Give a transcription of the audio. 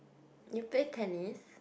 you play tennis